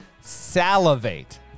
salivate